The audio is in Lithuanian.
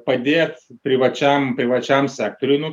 padėt privačiam privačiam sektoriui nu